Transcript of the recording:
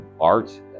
art